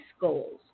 goals